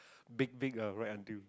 big big ah right until